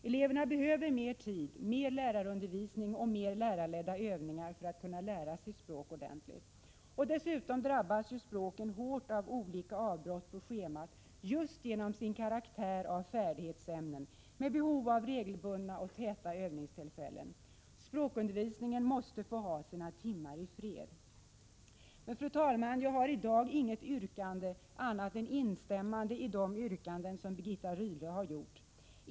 Eleverna behöver mer tid, mer lärarundervisning och fler lärarledda övningar för att kunna lära sig språk ordentligt. Språken drabbas hårt av olika avbrott på schemat just genom sin karaktär av färdighetsämnen med behov av regelbundna och täta övningstillfällen. Språkundervisningen måste få ha sina timmar i fred. Fru talman! Jag har i dag inget yrkande utan vill bara instämma i de yrkanden som Birgitta Rydle framställt.